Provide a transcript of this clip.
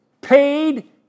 paid